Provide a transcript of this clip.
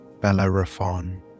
Bellerophon